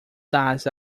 das